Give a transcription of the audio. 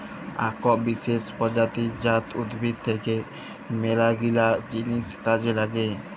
আক বিসেস প্রজাতি জাট উদ্ভিদ থাক্যে মেলাগিলা জিনিস কাজে লাগে